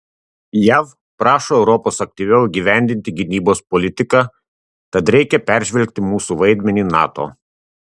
jav prašo europos aktyviau įgyvendinti gynybos politiką tad reikia peržvelgti mūsų vaidmenį nato